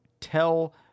tell